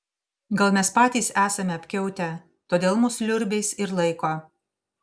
gal mes patys esame apkiautę todėl mus liurbiais ir laiko